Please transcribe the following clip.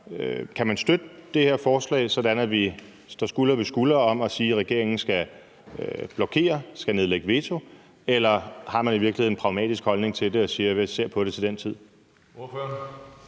Kan man støtte det her forslag, sådan at vi står skulder ved skulder og er sammen om at sige, at regeringen skal blokere, skal nedlægge veto, eller har man i virkeligheden en pragmatisk holdning til det og siger, at man ser på det til den tid? Kl.